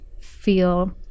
feel